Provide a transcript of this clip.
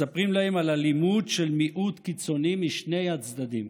מספרים להם על אלימות של מיעוט קיצוני משני הצדדים.